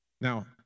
now